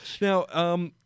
Now